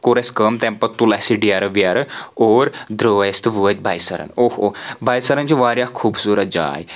کوٚر اسہِ کام تَمہِ پَتہٕ تُل اسہِ یہِ ڈیرٕ ویرٕ اور درٛاے أسۍ تہٕ وٲتۍ باے سَرن اوٚہ اوٚہ باے سَرن چھ واریاہ خوٗبصوٗرت جاے